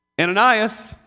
Ananias